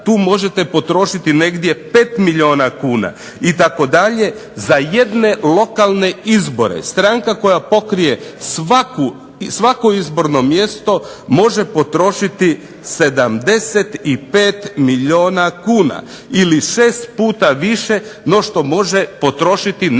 tu možete potrošiti 5 milijuna kuna itd. Za jedne lokalne izbore, stranka koja pokrije svako izborno mjesto može potrošiti 75 milijuna kuna ili 6 puta više nego što može potrošiti na